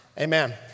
Amen